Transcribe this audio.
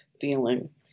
feeling